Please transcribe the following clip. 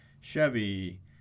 Chevy